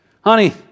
Honey